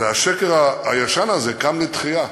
והשקר הישן הזה קם לתחייה,